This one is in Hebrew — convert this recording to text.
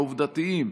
העובדתיים: